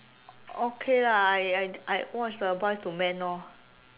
okay lah I I I watch the ah boys to men lor